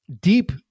Deep